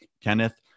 Kenneth